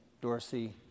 Dorsey